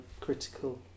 critical